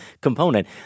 component